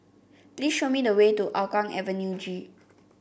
please show me the way to Hougang Avenue G